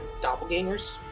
Doppelgangers